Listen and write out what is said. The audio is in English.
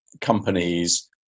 companies